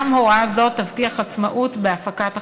גם הוראה זו תבטיח עצמאות בהפקת החדשות.